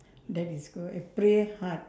that is good I pray hard